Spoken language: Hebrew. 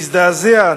והזדעזע,